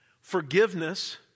forgiveness